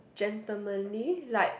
gentlemanly like